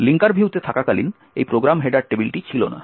linker ভিউতে থাকাকালীন এই প্রোগ্রাম হেডার টেবিলটি ছিল না